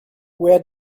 where